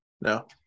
No